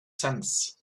sense